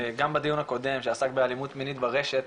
גם בדיון הקודם שעסק באלימות מינית ברשת,